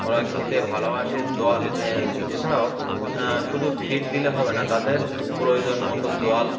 ওরা খেতে ভালোবাসে জল এছাড়াও শুধু ফিড দিলে হবে না তাদের প্রয়োজন মতো জল